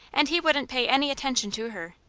and he wouldn't pay any attention to her.